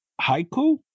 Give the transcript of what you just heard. Haiku